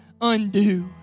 undo